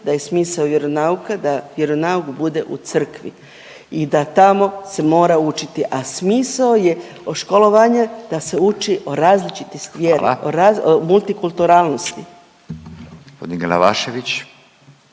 da je smisao vjeronauka da vjeronauk bude u crkvi i da tamo se mora učiti, a smisao je školovanja da se uči o različitosti vjere, … .../Upadica: